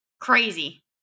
crazy